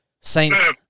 Saints